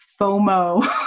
FOMO